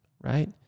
Right